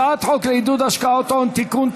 הצעת חוק לעידוד השקעות הון (תיקון,